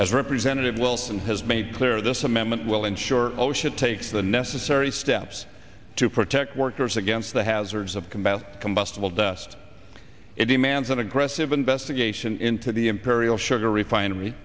as representative wilson has made clear this amendment will ensure osha takes the necessary steps to protect workers against the hazards of combat combustible dust it demands an aggressive investigation into the imperial sugar refinery